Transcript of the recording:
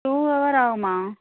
two hour ஆகுமா